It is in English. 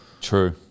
True